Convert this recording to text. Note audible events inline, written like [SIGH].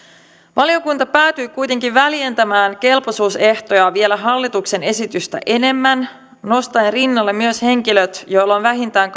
valiokunta päätyi kuitenkin väljentämään kelpoisuusehtoja vielä hallituksen esitystä enemmän nostaen rinnalle myös henkilöt joilla on vähintään [UNINTELLIGIBLE]